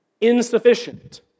insufficient